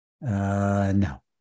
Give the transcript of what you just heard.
No